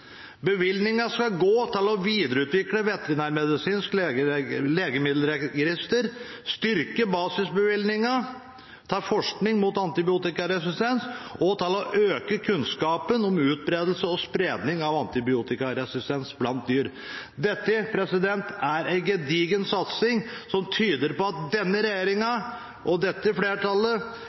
Bevilgningen skal gå til å videreutvikle veterinærmedisinsk legemiddelregister, styrke basisbevilgningen til forskning mot antibiotikaresistens og til å øke kunnskapen om utbredelse og spredning av antibiotikaresistens blant dyr. Dette er en gedigen satsing som tyder på at denne regjeringen og dette flertallet